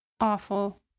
Awful